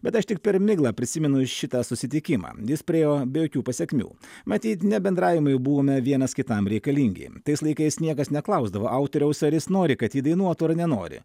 bet aš tik per miglą prisimenu šitą susitikimą jis priėjo be jokių pasekmių matyt ne bendravimui buvome vienas kitam reikalingi tais laikais niekas neklausdavo autoriaus ar jis nori kad jį dainuotų ar nenori